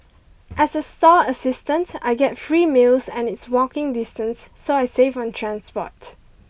as a stall assistant I get free meals and it's walking distance so I save on transport